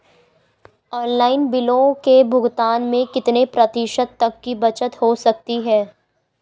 Online बिलों के भुगतान में कितने प्रतिशत तक की बचत हो सकती है?